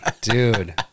Dude